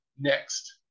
next